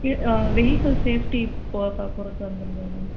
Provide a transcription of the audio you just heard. ஆ vehicle safety வந்திருந்தது ma'am